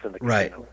Right